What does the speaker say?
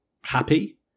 happy